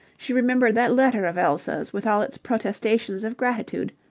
she remembered that letter of elsa's with all its protestations of gratitude.